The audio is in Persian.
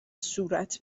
صورت